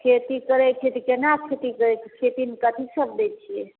खेती करै खेती केना खेती करै खेतीमे कथीसभ दै छियै